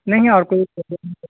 نہیں اور کوئی پروبلم نہیں ہے